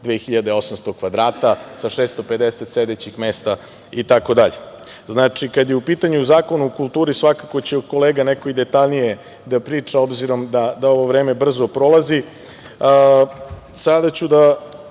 2.800 kvadrata, sa 650 sedećih mesta itd. Znači, kada je u pitanju Zakon o kulturi, svakako će kolega detaljnije da priča, obzirom da ovo vreme brzo prolazi. Sada ću da